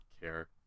care